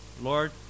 Lord